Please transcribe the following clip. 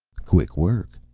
quick work,